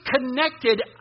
connected